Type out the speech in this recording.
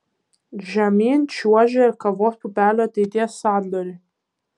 žemyn čiuožia ir kavos pupelių ateities sandoriai